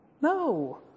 No